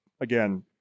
again